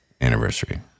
anniversary